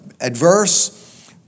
adverse